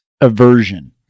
aversion